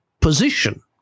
position